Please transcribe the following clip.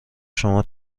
شما